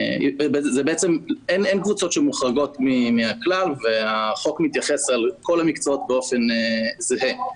אין קבוצות שמוחרגות מהכלל והחוק מתייחס לכל המקצועות באופן זהה.